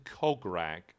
Cograg